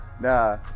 Nah